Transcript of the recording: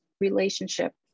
relationship